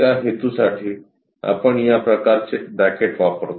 त्या हेतूसाठी आपण या प्रकारचे ब्रॅकेट वापरतो